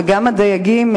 וגם הדייגים,